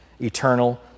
eternal